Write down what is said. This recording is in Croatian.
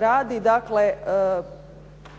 radi dakle